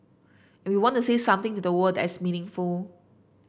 and we want to say something to the world that's meaningful